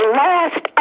last